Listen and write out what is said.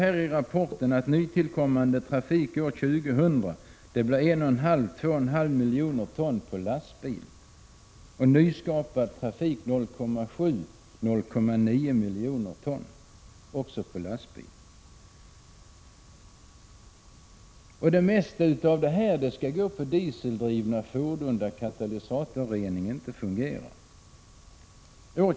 Man kan i rapporten utläsa att nytillkommande godsmängd år 2000 blir 1,5-2,5 miljoner ton genom trafik per lastbil och nyskapad godsmängd 0,7-0,9 miljoner ton via lastbilstrafik. Det mesta skall gå på dieseldrivna fordon där katalysatorrening inte fungerar.